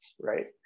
right